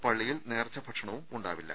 പള്ളിയിൽ നേർച്ചഭക്ഷണവും ഉണ്ടാ വില്ല